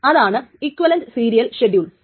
അത് ട്രാൻസാക്ഷന്റെ ഒരു ടൈം സ്റ്റാമ്പ് ആണ്